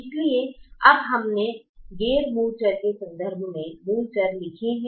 इसलिए अब हमने गैर मूल चर के संदर्भ में मूल चर लिखे हैं